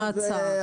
מההצעה.